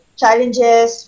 challenges